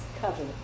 cover